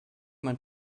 mein